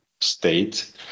state